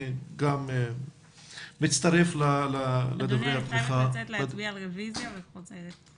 אני צריכה לצאת להצביע על רוויזיה ואחזור לאחר מכן.